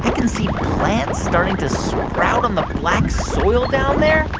can see plants starting to sprout on the black soil down there.